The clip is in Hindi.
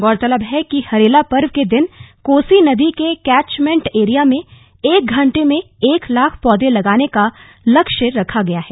गौरतलब है कि हरेला पर्व के दिन कोसी नदी के कैचमेन्ट एरिया में एक घन्टे में एक लाख पौधे लगाने का लक्ष्य रखा गया है